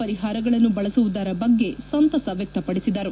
ಪರಿಹಾರಗಳನ್ನು ಬಳಸುವುದರ ಬಗ್ಗೆ ಸಂತಸ ವ್ಯಕ್ತಪಡಿಸಿದರು